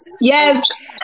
Yes